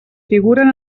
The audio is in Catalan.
figuren